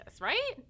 right